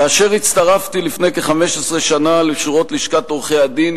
כאשר הצטרפתי לפני כ-15 שנה לשורות לשכת עורכי-הדין,